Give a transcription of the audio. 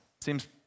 Seems